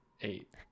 Eight